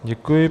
Děkuji.